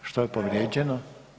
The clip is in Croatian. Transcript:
Što je povrijeđeno?